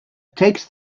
takes